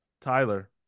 Tyler